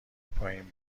پایین